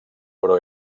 però